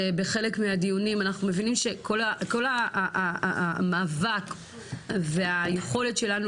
שבחלק מהדיונים אנחנו מבינים שכל המאבק והיכולת שלנו